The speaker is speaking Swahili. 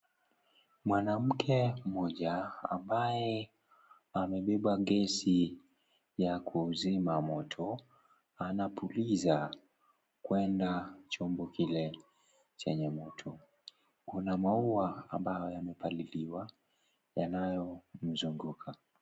Mwanamke mmoja, ambaye, amebeba gesi, ya kuzima moto, anapuliza, kwenda, chombo kile, chenye moto, kuna maua ambayo yamepaliliwa yanayo, mzunguka.